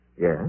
Yes